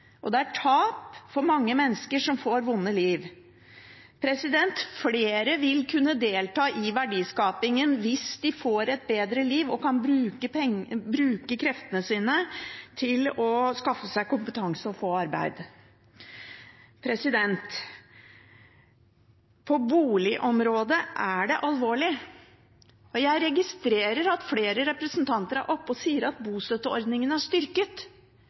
og det er tap for mange mennesker, som får vonde liv. Flere vil kunne delta i verdiskapingen hvis de får et bedre liv og kan bruke kreftene sine til å skaffe seg kompetanse og få arbeid. På boligområdet er det alvorlig. Jeg registrerer at flere representanter er oppe og sier at bostøtteordningen er styrket.